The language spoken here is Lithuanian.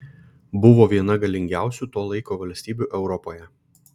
buvo viena galingiausių to laiko valstybių europoje